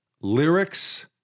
lyrics